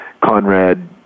Conrad